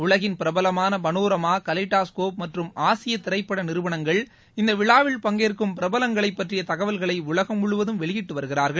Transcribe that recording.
உலகின் பிரபலமான panorama kaleidoscope மற்றும் ஆசிய திரைப்பட நிறுவனங்கள் இந்த விழாவில் பங்கேற்கும் பிரபலங்களை பற்றிய தகவல்களை உலகம் முழுவதும் வெளியிட்டு வருகிறார்கள்